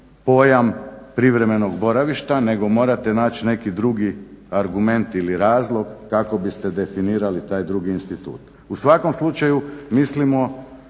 pojam privremenog boravišta nego morate naći neki drugi argument ili razlog kako biste definirali taj drugi institut. u svakom slučaju mislimo